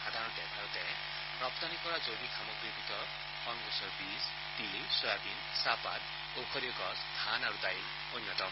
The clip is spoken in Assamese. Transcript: সাধাৰণতে ভাৰতে ৰপ্তানি কৰা জৈৱিক সামগ্ৰীৰ ভিতৰত শণগছৰ বীজ তিল ছয়াবিন চাহপাত ঔষধিয় গছ ধান আৰু দাইল অন্যতম